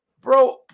Bro